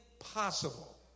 impossible